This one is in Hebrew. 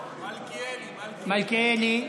מלכיאלי.